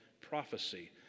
prophecy